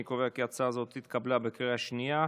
אני קובע כי הצעה זאת התקבלה בקריאה השנייה.